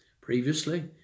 previously